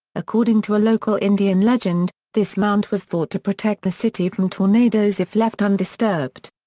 according to a local indian legend, this mound was thought to protect the city from tornadoes if left undisturbed.